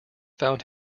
found